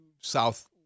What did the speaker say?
South